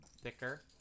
thicker